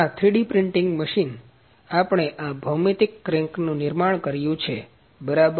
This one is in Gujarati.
આ 3D પ્રિન્ટીંગ મશીન આપણે આ ભૌમિતિક ક્રેન્કનું નિર્માણ કર્યું છે બરાબર